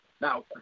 Now